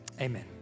amen